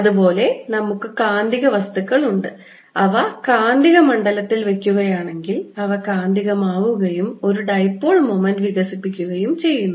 അതുപോലെ നമുക്ക് കാന്തിക വസ്തുക്കൾ ഉണ്ട് അവ കാന്തിക മണ്ഡലത്തിൽ വയ്ക്കുകയാണെങ്കിൽ അവ കാന്തികമാവുകയും ഒരു ഡൈപോൾ മൊമെന്റ് വികസിപ്പിക്കുകയും ചെയ്യുന്നു